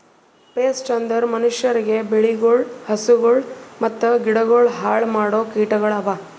pest ಅಂದುರ್ ಮನುಷ್ಯರಿಗ್, ಬೆಳಿಗೊಳ್, ಹಸುಗೊಳ್ ಮತ್ತ ಗಿಡಗೊಳ್ ಹಾಳ್ ಮಾಡೋ ಕೀಟಗೊಳ್ ಅವಾ